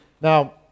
Now